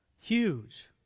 huge